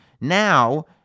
now